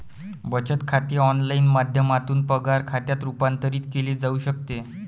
बचत खाते ऑनलाइन माध्यमातून पगार खात्यात रूपांतरित केले जाऊ शकते